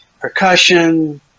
percussion